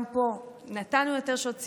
גם פה נתנו יותר שעות סיעוד,